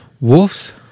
Wolves